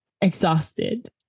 exhausted